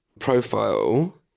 profile